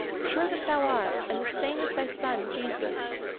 sure that thou art, and the same as thy son, jesus!